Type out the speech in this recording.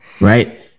Right